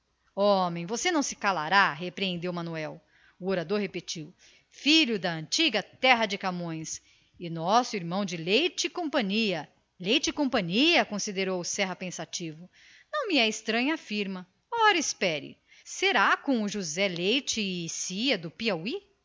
homem você não se calará repreendeu manuel o recitador prosseguiu filho da antiga terra de camões e nosso irmão de leite e companhia leite e companhia considerou o serra na sua seriedade meditando não me é estranha a firma ora espere será com o josé e cia do piauí